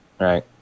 Right